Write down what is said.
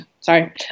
sorry